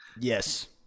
Yes